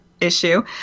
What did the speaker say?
issue